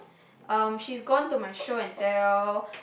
um she's gone to my Show and Tell